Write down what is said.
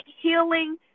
healing